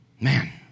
Man